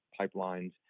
pipelines